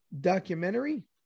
documentary